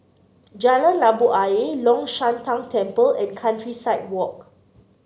Jalan Labu Ayer Long Shan Tang Temple and Countryside Walk